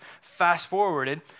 fast-forwarded